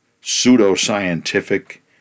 pseudo-scientific